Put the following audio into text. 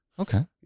Okay